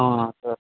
sir